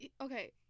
okay